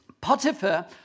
Potiphar